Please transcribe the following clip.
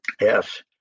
Yes